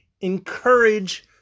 encourage